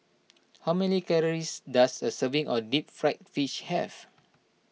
how many calories does a serving of Deep Fried Fish have